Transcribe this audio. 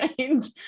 change